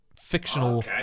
fictional